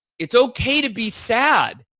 it's okay to be sad.